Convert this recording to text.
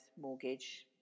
mortgage